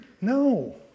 No